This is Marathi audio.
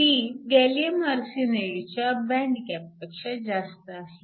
ती गॅलीअम आर्सेनाईडच्या बँड गॅपपेक्षा जास्त आहे